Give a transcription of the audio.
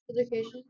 Education